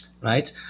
right